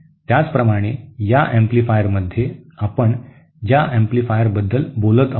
त्याचप्रमाणे या एम्पलीफायरमध्ये आपण ज्या एम्पलीफायर बद्दल बोलत आहोत